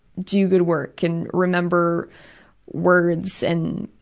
do good work and remember words and